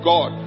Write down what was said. God